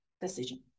decision